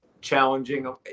Challenging